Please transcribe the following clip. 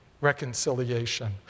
reconciliation